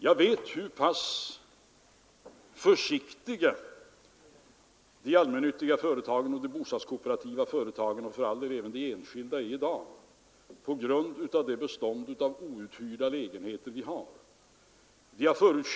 Jag vet hur pass försiktiga de allmännyttiga företagen och de bostadskooperativa företagen — och för all del även de enskilda företagen — är i dag på grund av det stora bestånd av outhyrda lägenheter som finns.